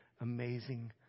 amazing